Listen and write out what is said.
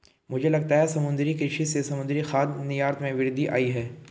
मुझे लगता है समुद्री कृषि से समुद्री खाद्य निर्यात में वृद्धि आयी है